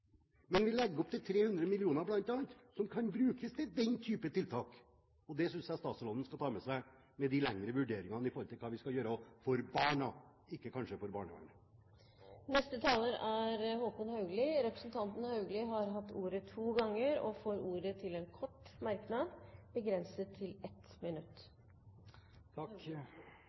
men vi legger opp til 300 mill. kr bl.a. som kan brukes til den type tiltak. Det synes jeg statsråden skal ta med seg ved de lengre vurderingene om hva vi skal gjøre for barna, ikke for barnevernet. Representanten Håkon Haugli har hatt ordet to ganger og får ordet til en kort merknad, begrenset til 1 minutt.